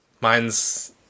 mine's